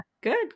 good